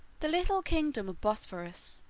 the little kingdom of bosphorus,